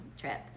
trip